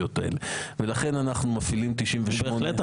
אם אני אדע מראש, בהחלט.